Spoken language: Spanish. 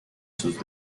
sus